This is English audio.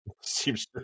seems